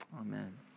Amen